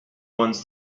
ones